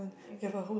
okay